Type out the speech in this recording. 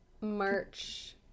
March